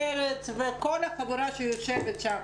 פרץ וכל החבורה שיושבת שם.